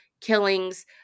killings